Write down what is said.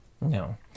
No